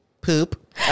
Poop